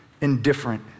indifferent